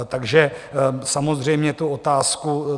Takže samozřejmě tu otázku...